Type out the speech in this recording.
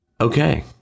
Okay